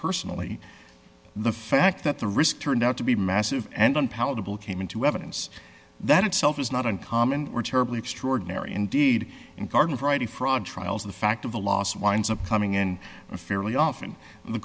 personally the fact that the risk turned out to be massive and unpalatable came into evidence that itself was not uncommon or terribly extraordinary indeed in garden variety fraud trials the fact of the loss winds up coming in fairly often the